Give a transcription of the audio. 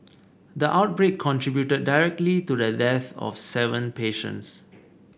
the outbreak contributed directly to the death of seven patients